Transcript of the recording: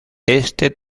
este